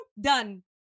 done